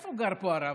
איפה גר פה הרב?